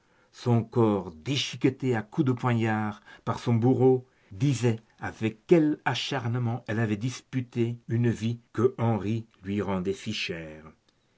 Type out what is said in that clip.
son corps déchiqueté à coups de poignard par son bourreau disait avec quel acharnement elle avait disputé une vie qu'henri lui rendait si chère